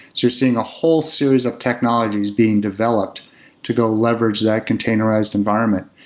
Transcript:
you're seeing a whole series of technologies being developed to go leverage that containerized environment,